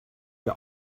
wir